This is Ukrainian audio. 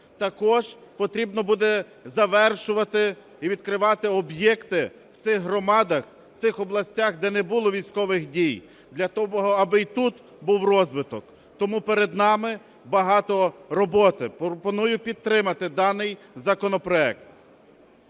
Також потрібно буде завершувати і відкривати об'єкти в цих громадах, в цих областях, де не було військових дій, для того, аби і тут був розвиток. Тому перед нами багато роботи. Пропоную підтримати даний законопроект.